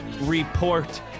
report